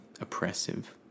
oppressive